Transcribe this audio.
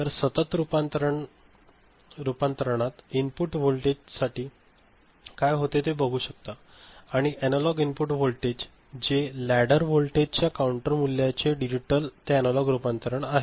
तर सतत रूपांतरणात इनपुट वोटेज साठी काय होते ते बघू शकता आणि अनलॉग इनपुट व्होल्टेज जे लॅडर वोल्टेज हे काउंटर मूल्याचे डिजिटल ते अनालॉग रूपांतरण आहे